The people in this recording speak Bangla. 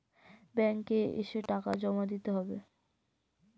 ব্যাঙ্ক এ এসে টাকা জমা দিতে হবে?